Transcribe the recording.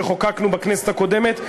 שחוקקנו בכנסת הקודמת,